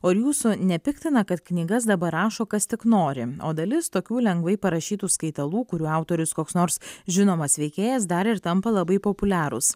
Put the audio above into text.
o ar jūsų nepiktina kad knygas dabar rašo kas tik nori o dalis tokių lengvai parašytų skaitalų kurių autorius koks nors žinomas veikėjas dar ir tampa labai populiarūs